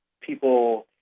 people